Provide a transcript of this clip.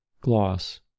Gloss